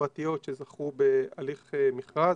פרטיות שזכו בהליך מכרז,